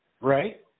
right